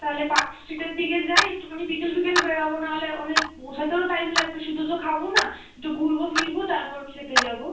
তাহলে পার্কস্ট্রিটের দিকে যাই একটুখানি বিকাল বিকাল বেরোবো নাহলে অনেক পৌঁছাতেও টাইম লাগবে শুধু তো খাবো না একটু ঘুরবো ফিরবো তারপর খেতে যাবো